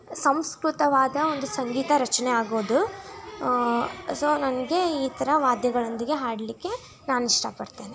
ಸಂಸ್ಕೃತವಾದ ಒಂದು ಸಂಗೀತ ರಚನೆ ಆಗೋದು ಸೊ ನನಗೆ ಈ ಥರ ವಾದ್ಯಗಳೊಂದಿಗೆ ಹಾಡಲಿಕ್ಕೆ ನಾನು ಇಷ್ಟಪಡ್ತೇನೆ